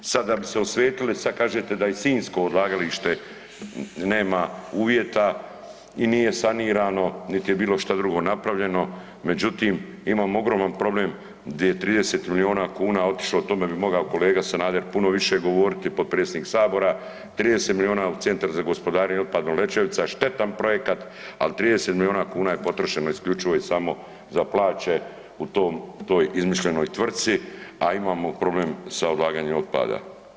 Sad da bi se osvetili, sad kažete da i sinjsko odlagalište nema uvjeta i nije sanirano niti je bilo šta drugo napravljeno međutim, imamo ogroman problem di je 30 milijuna kuna otišlo, o tome bi mogao kolega Sanader puno više govoriti, potpredsjednik Sabora, 30 milijuna u Centar za gospodarenje otpadom Lećevica, štetan projekat, ali 30 milijuna kuna je potrošeno isključivo i samo za plaće u tom, toj izmišljenoj tvrtci, a imamo problem sa odlaganjem otpada.